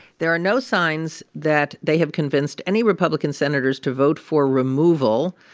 there are no signs that they have convinced any republican senators to vote for removal,